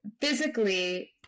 physically